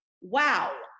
wow